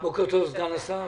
בוקר טוב, סגן השר.